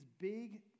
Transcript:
big